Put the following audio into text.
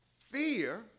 Fear